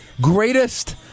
greatest